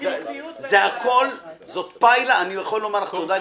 אני יכול לומר לך תודה,